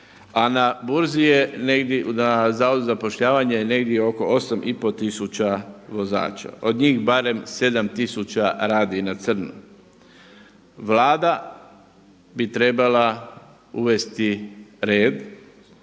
a na burzi je negdje, na Zavodu za zapošljavanje negdje oko 8 i pol tisuća vozača. Od njih barem 7000 radi na crno. Vlada bi trebala uvesti red